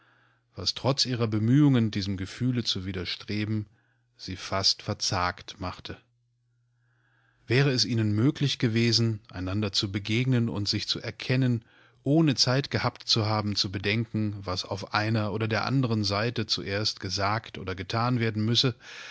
was trotz ihrer bemühungen diesem gefühle zu widerstreben sie fast verzagt machte wäre es ihnen möglich gewesen einander zu begegnen und sich zu erkennen ohne zeit gehabt zu haben was auf einer oder der andern seite zuerst gesagt oder getan werden müsse